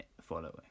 following